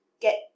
get